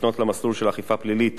לפנות למסלול של אכיפה פלילית